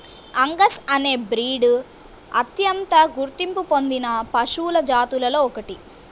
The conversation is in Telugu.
అంగస్ అనే బ్రీడ్ అత్యంత గుర్తింపు పొందిన పశువుల జాతులలో ఒకటి